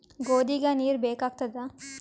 ಗೋಧಿಗ ನೀರ್ ಬೇಕಾಗತದ?